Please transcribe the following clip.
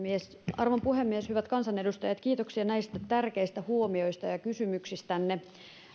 arvon puhemies hyvät kansanedustajat kiitoksia näistä tärkeistä huomioista ja kysymyksistänne